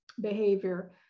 behavior